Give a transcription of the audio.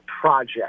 project